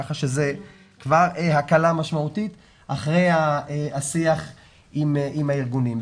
כך שזה כבר הקלה משמעותית אחרי השיח עם הארגונים.